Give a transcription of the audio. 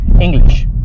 English